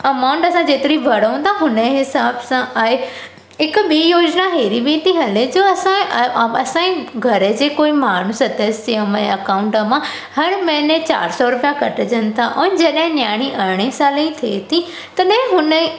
amount असां जेतिरी भरूं था उन हिसाब सां आहे हिकु ॿी योजना अहिड़ी बि थी हले जो असां अ असांजे घर जो कोई माण्हूं सदस्य हुनजे अकाउंट मां हर महिने चार सौ रुपया कटिजनि था ऐं जॾहिं नियाणी अरड़हं सालनि जी थिए थी तॾहिं हुन